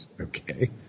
Okay